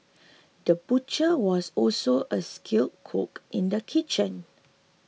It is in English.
the butcher was also a skilled cook in the kitchen